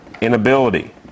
inability